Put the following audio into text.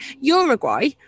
Uruguay